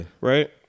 right